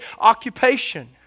occupation